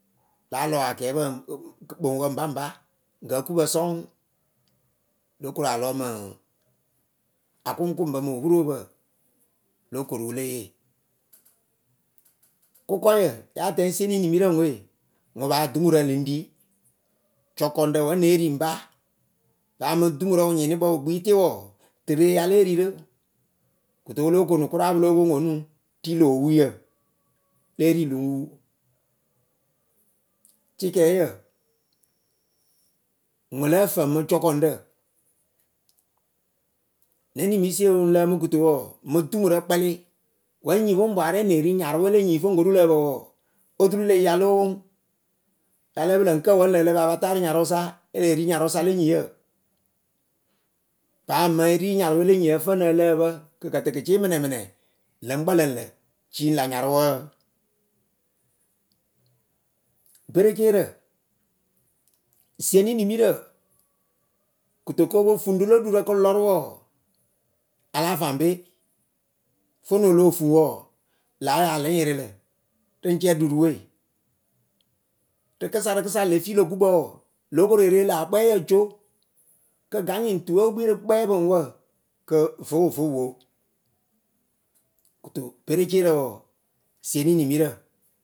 láa lɔ akɛɛpǝ kpɨŋwǝ baŋba gǝ okupǝ sɔŋ. Lo koralɔ mɨŋ akʊŋkʊŋbǝ mɨŋ opuropǝ. lo koruwǝ lée yee Kʊkɔyǝ ya tɛŋ ŋ sieni nimirǝ ŋwe. ŋwɨ paa dumurǝ liŋ ɖi jɔkɔŋɖǝ wǝ née ri ŋ ba. paa mɨŋ dumurǝ wɨnyɩnɩkpǝ wɨ kpi tɩ wɔɔ, tɨre ya lée ri rɨ. Kɨto wɨ lóo konnu kʊra pɨlo pwo ŋwɨ onuŋ ri loo wu yǝ. lée ri lɨŋ wu ŋwɨ lǝ́ǝ fǝŋ mɨ jɔkɔŋɖǝ. Ne nimisie wǝ ŋ lǝǝmɨ kɨto wɔɔ mɨŋ dumurǝ kpɛlɩ wǝ nyipʊŋpwarɛ ŋ nee ri nyarʊwe le nyiŋr lokoru lǝ́ǝ pǝ wɔɔ oturu le yi ya lóo woŋ. la lǝ́ǝ pɨlǝ ŋ kǝ wǝ lǝ ǝlǝpǝ apata rɨ nyarʊsa? e lee ri nyarʊ sa le nyɩŋyǝ paa mɨŋ e ri nyarʊwe le nyɩŋyǝ ǝvǝnɨŋ ǝ lǝ́ǝ pǝ kɨ kǝ tɨ kɨ cɩ mɨnɛmɨnɛ lɨŋ kpǝlǝŋ lǝ cɩ wɨ lä nyarʊwǝ wǝǝ bereceerǝ zieni nimirǝ kɨto ko po fuŋɖɨ lo ɖurǝ kɨ lɔrɨ wɔɔ, a la faŋ be fonuŋ o lóo fuŋ wɔɔ, la ya lɨŋ yɩrɩ lǝ lɨŋ cɛ ɖurɨwe. Rɨkɨsarɨkɨsa le fi lö gukpǝ wɔɔ, lóo koree re la akpɛɛyǝ jo, kɨ ga nyɩŋ tuwe wɨ kpi rɨ kpɛ pɨŋwǝ kɨ vɨwǝ vɨ wo. kɨto bereceerǝ wɔɔ zieni nimirǝ.